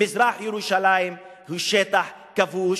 מזרח-ירושלים היא שטח כבוש,